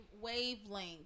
wavelength